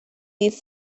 these